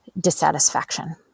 dissatisfaction